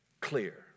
clear